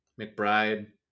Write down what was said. McBride